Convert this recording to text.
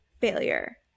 failure